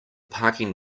parking